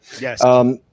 Yes